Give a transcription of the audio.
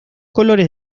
colores